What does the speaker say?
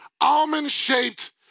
almond-shaped